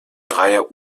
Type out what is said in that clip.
dreier